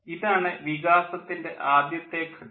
ഇതാണ് വികാസത്തിൻ്റെ ആദ്യത്തെ ഘട്ടം